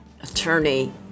Attorney